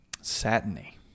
satiny